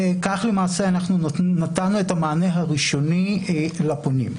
כך למעשה נתנו את המענה הראשוני לפונים.